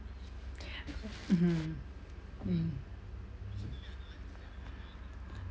mmhmm mm